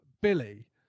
Billy